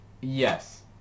yes